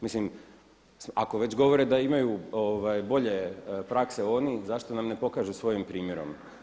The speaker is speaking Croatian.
Mislim ako već govore da imaju bolje prakse oni zašto nam ne pokažu svojim primjerom.